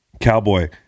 Cowboy